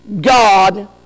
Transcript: God